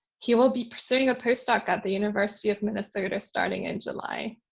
he will be pursuing a postdoc at the university of minnesota starting in july.